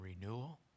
renewal